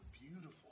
beautiful